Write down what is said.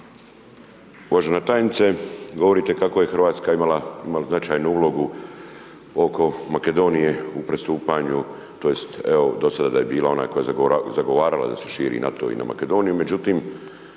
Uvažena tajnice, govorite kako je Hrvatska imala značajnu ulogu oko Makedonije u pristupanju tj. evo do sada da je bila ona koja je zagovarala da se širi NATO i na Makedoniju međutim,